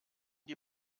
die